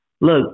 Look